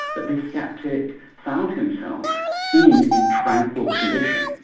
that the sceptic found himself in a tranquil condition.